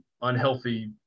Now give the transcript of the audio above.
unhealthy